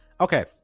okay